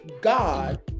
God